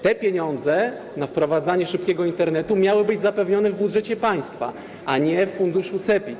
Te pieniądze na wprowadzanie szybkiego Internetu miały być zapewnione w budżecie państwa, a nie w funduszu CEPiK.